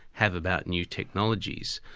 have about new technologies.